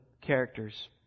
characters